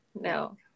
No